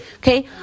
Okay